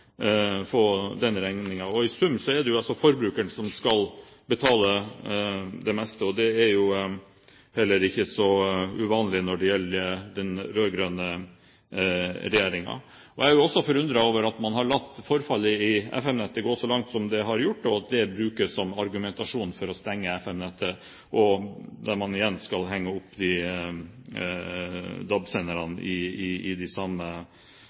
og i sum er det forbrukeren som skal betale det meste. Det er heller ikke så uvanlig når det gjelder den rød-grønne regjeringen. Jeg er også forundret over at man har latt forfallet i FM-nettet gå så langt som det har gjort, og at det brukes som argumentasjon for å stenge FM-nettet, når man skal henge opp DAB-senderne i de samme mastene. Til slutt vil jeg ta opp Fremskrittspartiets forslag i